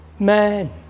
Man